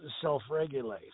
self-regulate